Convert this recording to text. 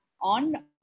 on